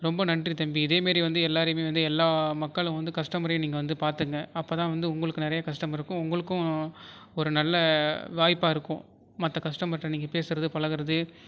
ரொம்ப நன்றி தம்பி இதேமாரி வந்து எல்லாரையுமே வந்து எல்லா மக்களும் கஸ்டமரையும் நீங்கள் வந்து பார்த்துங்க அப்போதான் வந்து உங்களுக்கு நிறைய கஸ்டமருக்கும் உங்களுக்கும் ஒரு நல்ல வாய்ப்பாக இருக்கும் மற்ற கஸ்டமர்கிட்ட நீங்கள் பேசுவது பழகுவது